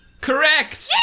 Correct